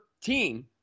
team